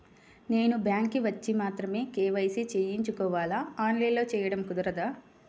నేను బ్యాంక్ వచ్చి మాత్రమే కే.వై.సి చేయించుకోవాలా? ఆన్లైన్లో చేయటం కుదరదా?